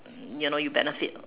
you know you benefit